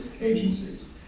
agencies